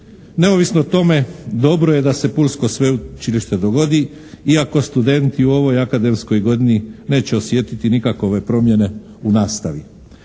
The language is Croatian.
Neovisno o tome dobro je da se pulsko sveučilište dogodi iako studenti u ovoj akademskoj godini neće osjetiti nikakve promjene u nastavi.